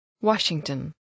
Washington